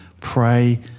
pray